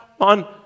on